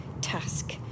task